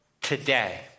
today